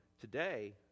today